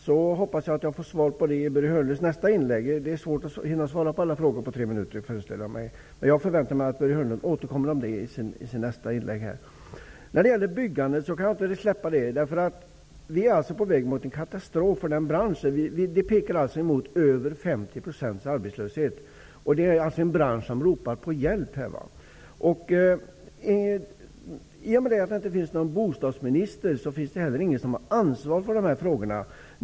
Jag hoppas att jag får svar på den i Börje Hörnlunds nästa inlägg. Det är svårt att hinna svara på alla frågor på så kort tid, föreställer jag mig. Jag förväntar mig att Börje Hörnlund återkommer till det i sitt nästa inlägg. Jag kan inte släppa detta med byggandet. Vi är på väg mot en katastrof för branschen. Det pekar mot en arbetslöshet på över 50 %. Det är en bransch som ropar på hjälp. I och med att det inte finns någon bostadsminister finns heller ingen som har ansvar för dessa frågor.